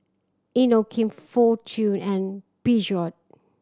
Inokim Fortune and Peugeot